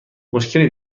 مشکلی